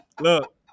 look